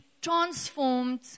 transformed